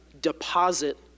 deposit